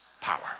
Power